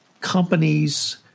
companies